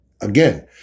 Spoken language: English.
again